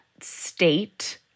state